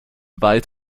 weit